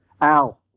Al